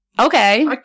Okay